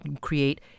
create